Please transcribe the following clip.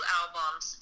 albums